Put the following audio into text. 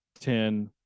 ten